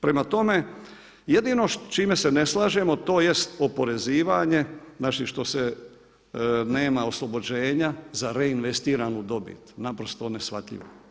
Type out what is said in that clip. Prema tome, jedino s čime se ne slažemo, tj. oporezivanje, znači što se nema oslobođenja za reinvestiranu dobit, naprosto neshvatljivo.